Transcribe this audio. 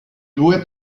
due